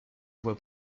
voie